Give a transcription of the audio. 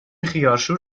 خیارشور